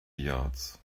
yards